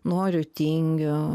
noriu tingiu